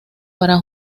para